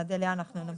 עד אליה אנחנו נוסיף.